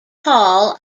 hall